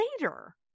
later